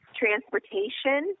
transportation